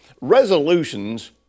resolutions